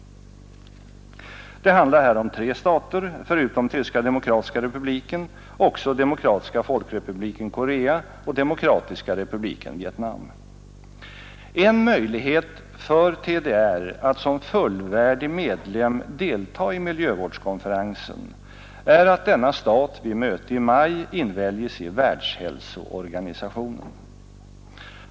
Det handlar här om tre stater, förutom Tyska demokratiska republiken också Demokratiska folkrepubliken Korea och Demokratiska republiken Vietnam. En möjlighet för TDR att som fullvärdig medlem delta i miljövårdskonferensen är att denna stat vid möte i maj inväljes i Världshälsoorganisationen.